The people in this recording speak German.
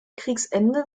kriegsende